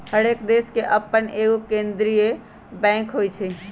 हरेक देश के अप्पन एगो केंद्रीय बैंक होइ छइ